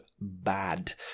bad